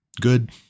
good